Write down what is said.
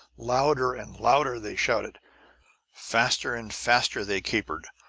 louder and louder they shouted faster and faster they capered.